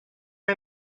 are